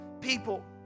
people